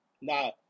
No